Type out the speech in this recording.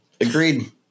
Agreed